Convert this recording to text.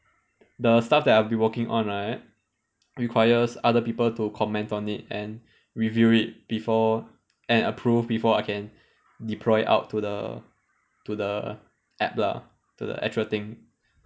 the stuff that I've been working on right requires other people to comment on it and review it before and approve before I can deploy out to the to the app lah to the actual thing